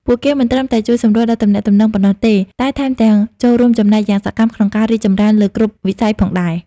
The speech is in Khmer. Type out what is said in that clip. ពួកគេមិនត្រឹមតែជួយសម្រួលដល់ទំនាក់ទំនងប៉ុណ្ណោះទេ តែថែមទាំងចូលរួមចំណែកយ៉ាងសកម្មក្នុងការរីកចម្រើនលើគ្រប់វិស័យផងដែរ។